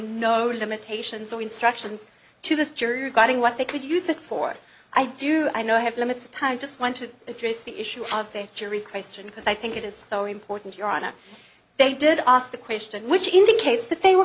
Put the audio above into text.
then no limitations or instructions to the jury regarding what they could use it for i do i know i have limited time just want to address the issue of the jury question because i think it is so important your honor they did ask the question which indicates that they were